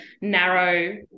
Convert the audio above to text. narrow